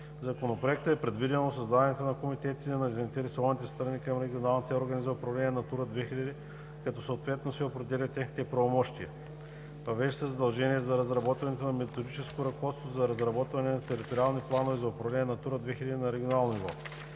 Законопроекта е предвидено създаването на комитети на заинтересованите страни към регионалните органи за управление на „Натура 2000“, като съответно се определят техните правомощия. Въвежда се задължение за разработване на методическо ръководство за разработване на териториални планове за управление на „Натура 2000“ на регионално ниво.